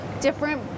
different